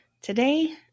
Today